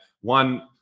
One